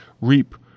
reap